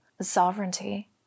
sovereignty